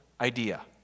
idea